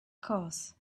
course